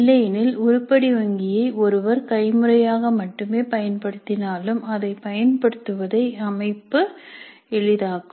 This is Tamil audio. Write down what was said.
இல்லையெனில் உருப்படி வங்கியை ஒருவர் கைமுறையாக மட்டுமே பயன்படுத்தினாலும் அதை பயன்படுத்துவதை அமைப்பு எளிதாக்கும்